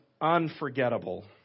unforgettable